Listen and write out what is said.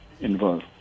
involved